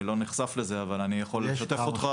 אני לא נחשף לזה, אבל אני יכול לשתף אותך.